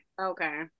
Okay